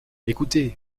écoutez